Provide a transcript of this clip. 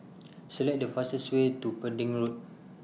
Select The fastest Way to Pending Road